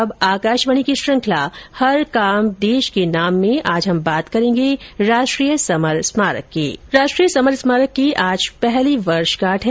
और अब आकाशवाणी की श्रृखंला हर काम देश के नाम में आज हम बात करेंगे राष्ट्रीय समर स्मारक की राष्ट्रीय समर स्मारक की आज पहली वर्षगांठ है